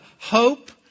hope